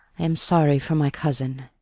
am sorry for my cousin.